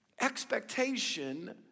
Expectation